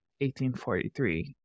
1843